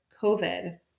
COVID